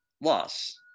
loss